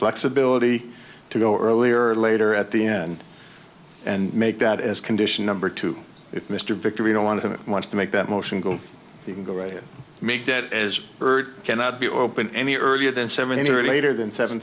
flexibility to go earlier or later at the end and make that as condition number two if mr victor we don't want to want to make that motion go even go right to make that as ert cannot be open any earlier than seventy or later than seven